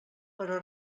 però